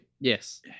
Yes